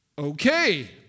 Okay